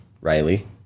riley